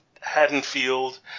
Haddonfield